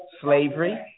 slavery